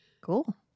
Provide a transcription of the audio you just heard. Cool